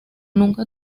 nunca